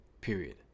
period